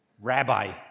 Rabbi